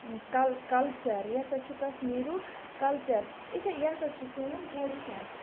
کَل کَلچَر یہِ ہَسا چھُ کَشمیٖرُک کَلچَر یِتھے یہِ ہَسا چھُ سون ٹریڈِشَن